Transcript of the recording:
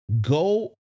Go